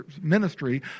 ministry